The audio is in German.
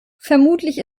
vermutlich